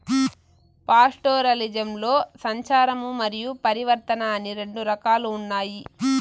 పాస్టోరలిజంలో సంచారము మరియు పరివర్తన అని రెండు రకాలు ఉన్నాయి